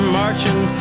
marching